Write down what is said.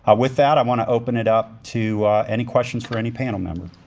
ah with that, i wanna open it up to any questions for any panel member.